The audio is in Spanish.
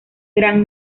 gran